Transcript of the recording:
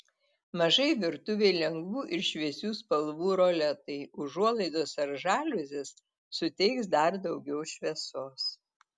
mažai virtuvei lengvų ir šviesių spalvų roletai užuolaidos ar žaliuzės suteiks dar daugiau šviesos